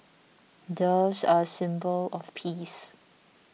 doves are a symbol of peace